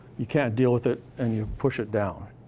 you can't deal with it and you push it down.